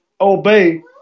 obey